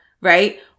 Right